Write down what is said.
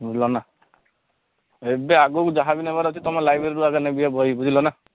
ବୁଝିଲନା ଏବେ ଆଗକୁ ଯାହା ବି ନେବାର ଅଛି ତମ ଲାଇବ୍ରେରୀରୁ ନେବି ଏ ବହି ବୁଝିଲନା